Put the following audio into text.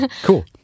cool